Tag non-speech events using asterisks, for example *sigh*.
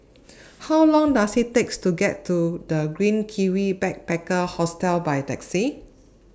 *noise* *noise* How Long Does IT takes to get to The Green Kiwi Backpacker Hostel By Taxi